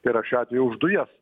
tai yra šiuo atveju už dujas